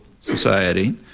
society